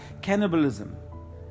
cannibalism